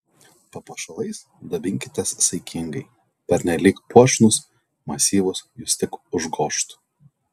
papuošalais dabinkitės saikingai pernelyg puošnūs masyvūs jus tik užgožtų